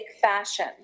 fashion